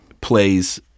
plays